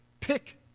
pick